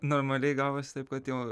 normaliai gavosi taip kad jau